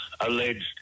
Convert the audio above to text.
alleged